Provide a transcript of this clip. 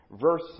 Verse